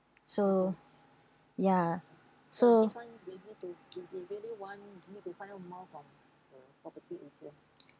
so ya so